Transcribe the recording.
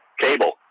cable